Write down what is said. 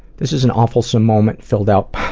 this is an awful-some moment, filled out by,